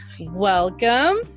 Welcome